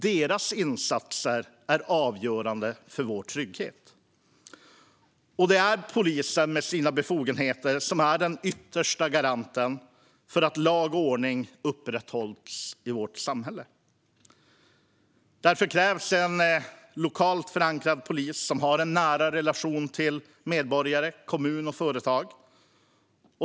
Polisens insatser är avgörande för vår trygghet, och det är polisen med sina befogenheter som är den yttersta garanten för att lag och ordning upprätthålls i vårt samhälle. Därför krävs en lokalt förankrad polis som har en nära relation till medborgare, kommun och företag.